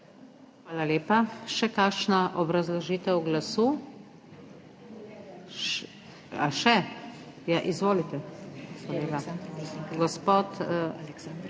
Hvala lepa. Še kakšna obrazložitev glasu? Izvolite, gospod Aleksander